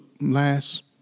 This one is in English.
last